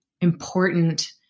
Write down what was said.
important